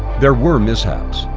there were mishaps,